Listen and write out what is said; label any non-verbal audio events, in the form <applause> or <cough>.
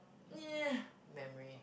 <noise> memory